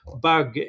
bug